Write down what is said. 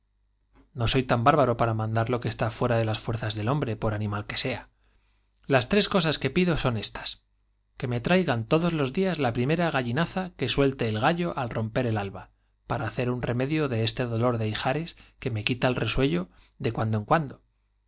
no soy tan bárbaro para mandar lo que está fuera de las fuerzas del hombre por animal que sea las tres cosas que pido son éstas que me traigan todos los días la primera gallinaza que suelte el gallo al romper el alba para hacer un remedio de este dolor resuello de cuando que me quita el en de ijares cuando